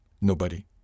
Nobody